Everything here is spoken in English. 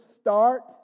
start